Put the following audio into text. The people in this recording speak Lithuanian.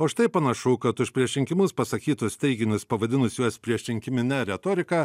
o štai panašu kad už prieš rinkimus pasakytus teiginius pavadinus juos priešrinkimine retorika